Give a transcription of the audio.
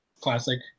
Classic